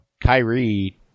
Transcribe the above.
Kyrie